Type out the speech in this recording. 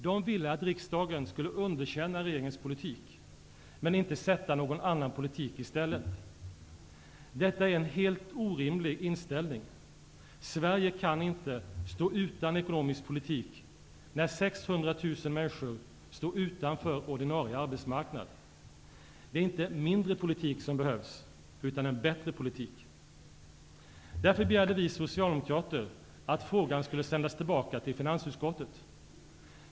De ville att riksdagen skulle underkänna regeringens politik, men inte sätta någon annan politik i stället. Detta är en helt orimlig inställning. Sverige kan inte stå utan ekonomisk politik, när 600 000 människor står utanför ordinarie arbetsmarknad. Det är inte mindre politik som behövs utan en bättre politik. Därför begärde vi socialdemokrater att frågan skulle sändas tillbaka till finansutskottet.